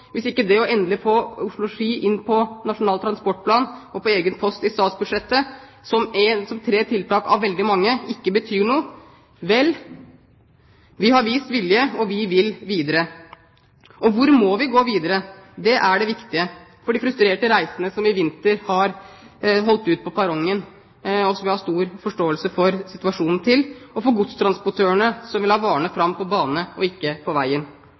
hvis det endelig å få Oslo–Ski inn på Nasjonal transportplan og på egen post i statsbudsjettet ikke betyr noe – dette som tre tiltak av veldig mange – vel, så har vi vist vilje, og vi vil videre! Hvor må vi gå videre? Det er det viktige for frustrerte reisende som i vinter har holdt ut på perrongen. Jeg har stor forståelse for deres situasjon og for godstransportørene som vil ha varene fram på bane og ikke på